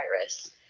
virus